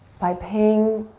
by paying